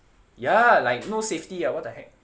ya like no safety ah what the heck